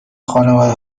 خانواده